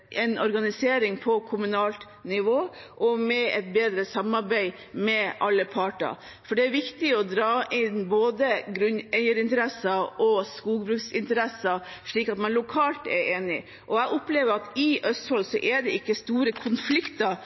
bedre samarbeid med alle parter. For det er viktig å dra inn både grunneierinteresser og skogbruksinteresser, slik at man lokalt er enig. Jeg opplever at i Østfold er det ikke store konflikter